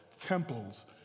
temples